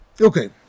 Okay